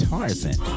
Tarzan